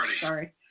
Sorry